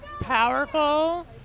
powerful